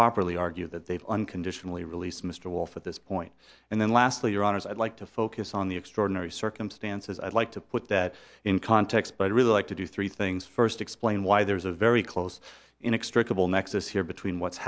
properly argue that they unconditionally release mr wolf at this point and then lastly your honors i'd like to focus on the extraordinary circumstances i'd like to put that in context but i'd really like to do three things first explain why there is a very close in extra couple nexus here between what's